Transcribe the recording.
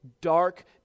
dark